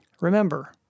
Remember